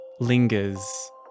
lingers